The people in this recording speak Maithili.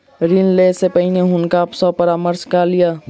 ऋण लै से पहिने हुनका सॅ परामर्श कय लिअ